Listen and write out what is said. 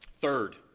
Third